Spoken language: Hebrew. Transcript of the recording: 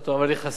הייתי מציע,